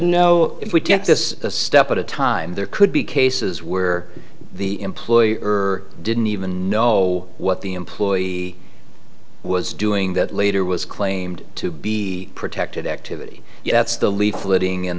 know if we took this a step at a time there could be cases where the employer didn't even know what the employee was doing that later was claimed to be protected activity that's the